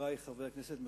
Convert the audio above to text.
חברי חברי הכנסת,